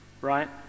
Right